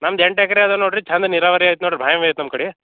ನಮ್ದು ಎಂಟು ಎಕರೆ ಅದೆ ನೋಡಿರಿ ಚಂದ ನೀರಾವರಿ ಐತೆ ನೋಡಿರಿ ಬಾವಿ ಐತೆ ನಮ್ಮ ಕಡೆ